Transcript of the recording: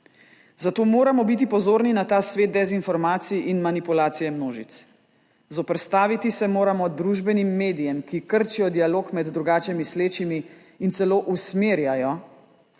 zato moramo biti pozorni na ta svet dezinformacij in manipulacije množic. Zoperstaviti se moramo družbenim medijem, ki krčijo dialog med drugače mislečimi in celo usmerjajo